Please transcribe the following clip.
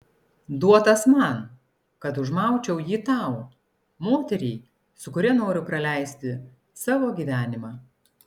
duotas man kad užmaučiau jį tau moteriai su kuria noriu praleisti savo gyvenimą